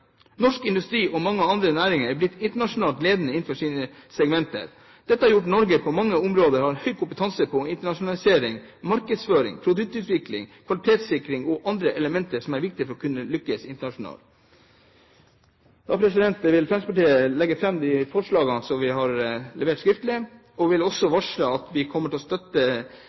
Norsk industri og mange andre næringer er blitt internasjonalt ledende innenfor sine segmenter. Dette har gjort at Norge på mange områder har høy kompetanse på internasjonalisering, markedsføring, produktutvikling, kvalitetssikring og andre elementer som er viktige for å kunne lykkes internasjonalt. Jeg tar herved opp de forslagene Fremskrittspartiet har, alene eller sammen med Høyre. Jeg vil også varsle at vi kommer til å støtte